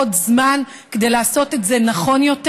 לעוד זמן כדי לעשות את נכון יותר.